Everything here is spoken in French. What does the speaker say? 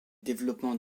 développements